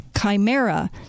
chimera